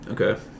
Okay